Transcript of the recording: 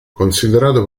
considerato